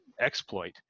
exploit